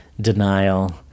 denial